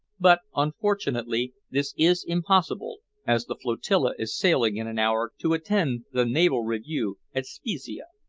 but, unfortunately, this is impossible, as the flotilla is sailing in an hour to attend the naval review at spezia.